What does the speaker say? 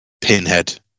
pinhead